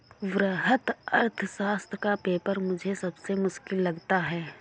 वृहत अर्थशास्त्र का पेपर मुझे सबसे मुश्किल लगता है